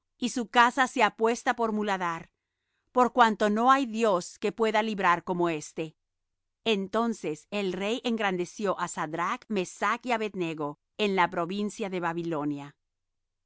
y su casa sea puesta por muladar por cuanto no hay dios que pueda librar como éste entonces el rey engrandeció á sadrach mesach y abed nego en la provincia de babilonia